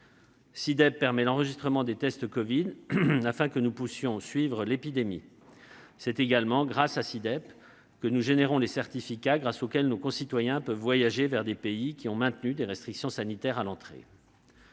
SI-DEP permet l'enregistrement des tests covid, afin que nous puissions suivre l'épidémie. C'est également grâce à ce système que nous produisons les certificats permettant à nos concitoyens de voyager vers des pays qui ont maintenu des restrictions sanitaires à l'entrée